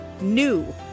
NEW